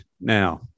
now